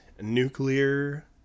nuclear